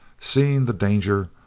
seeing the danger,